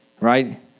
right